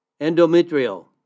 endometrial